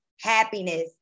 happiness